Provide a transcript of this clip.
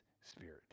spirit